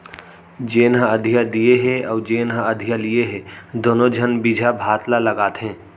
जेन ह अधिया दिये हे अउ जेन ह अधिया लिये हे दुनों झन बिजहा भात ल लगाथें